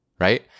right